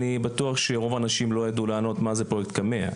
אני בטוח שרוב האנשים לא ידעו לענות מה זה פרוייקט קמ"ע,